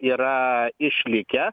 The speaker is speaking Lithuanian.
yra išlikę